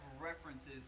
references